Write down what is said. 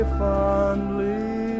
fondly